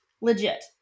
Legit